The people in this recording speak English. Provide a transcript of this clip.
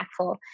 impactful